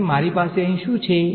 અને મારી પાસે અહીં શું છે